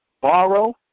borrow